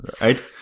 right